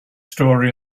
story